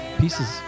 Pieces